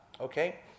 Okay